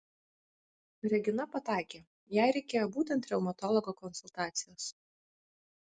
regina pataikė jai reikėjo būtent reumatologo konsultacijos